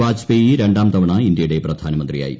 വാജ്പേയി രണ്ടാം തവണ ഇന്ത്യയുടെ പ്രധാനമന്ത്രിയായി